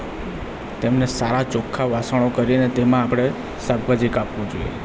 તેમને સારા ચોક્ખા વાસણો કરીને તેમાં આપણે શાકભાજી કાપવું જોઈએ